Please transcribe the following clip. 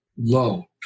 low